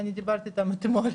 אני דיברתי איתם אתמול.